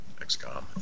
XCOM